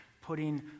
putting